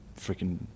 freaking